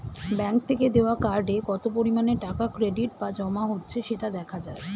bank থেকে দেওয়া কার্ডে কত পরিমাণে টাকা ক্রেডিট বা জমা হচ্ছে সেটা দেখা যায়